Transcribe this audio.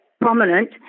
prominent